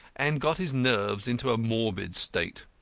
and got his nerves into a morbid state.